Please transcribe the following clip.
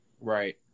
Right